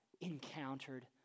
encountered